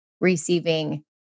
receiving